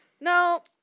No